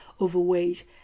overweight